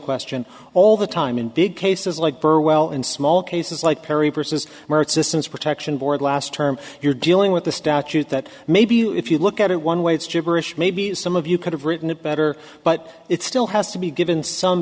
question all the time in big cases like burwell in small cases like perry versus murchison's protection board last term you're dealing with the statute that maybe you if you look at it one way it's jibberish maybe some of you could have written it better but it still has to be given some